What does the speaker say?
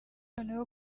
noneho